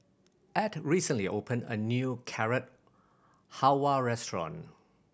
Ed recently opened a new Carrot Halwa restaurant